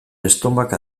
estonbak